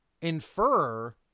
infer